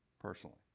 personally